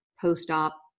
post-op